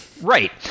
Right